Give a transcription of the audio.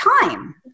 time